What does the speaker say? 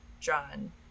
drawn